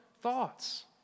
thoughts